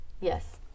Yes